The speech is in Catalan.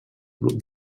grup